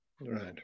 Right